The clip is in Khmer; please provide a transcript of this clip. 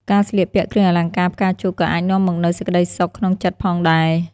ការស្លៀកពាក់គ្រឿងអលង្ការផ្កាឈូកក៏អាចនាំមកនូវសេចក្តីសុខក្នុងចិត្តផងដែរ។